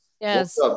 Yes